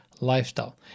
lifestyle